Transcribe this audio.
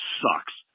sucks